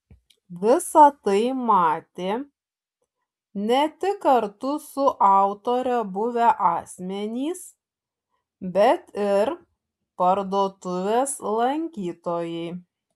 visa tai matė ne tik kartu su autore buvę asmenys bet ir parduotuvės lankytojai